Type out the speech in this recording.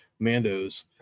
Mandos